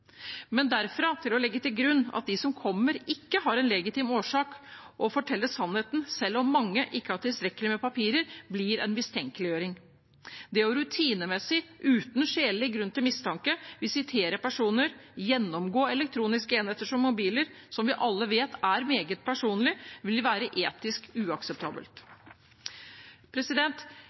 Men å gå derfra til å legge til grunn at de som kommer, ikke har en legitim årsak og forteller sannheten – selv om mange ikke har tilstrekkelig med papirer – blir en mistenkeliggjøring. Det å rutinemessig, uten skjellig grunn til mistanke, visitere personer og gjennomgå elektroniske enheter som mobiler – som vi alle vet er meget personlig – ville være etisk uakseptabelt.